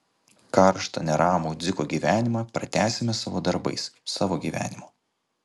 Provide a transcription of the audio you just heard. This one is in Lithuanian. karštą neramų dziko gyvenimą pratęsime savo darbais savo gyvenimu